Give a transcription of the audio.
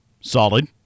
Solid